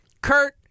Kurt